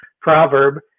proverb